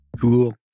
Cool